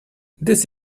this